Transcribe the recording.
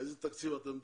על איזה תקציב אתם מדברים?